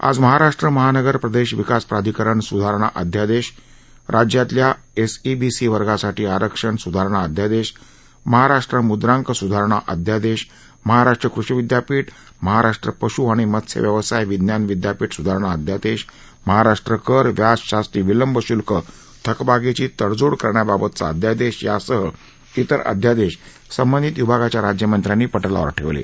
आज महाराष्ट्र महानगर प्रदेश विकास प्राधिकरण सुधारणा अध्यादेश राज्यातल्या एसईबीसी वर्गासाठी आरक्षण सुधारणा अध्यादेश महाराष्ट्र मुंद्रांक सुधारणा अध्यादेश महाराष्ट्र कृषि विद्यापीठ महाराष्ट्र पशु आणि मत्स्यव्यवसाय विज्ञान विद्यापीठ सुधारणा अध्यादेश महाराष्ट्र कर व्याज शास्ती विलंब शुल्क थकबाकीची तडजोड करण्याबाबतचा अध्यादेश यांसह इतर अध्यादेश संबंधित विभागाच्या राज्यमंत्र्यांनी पटलावर ठेवले